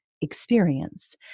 Experience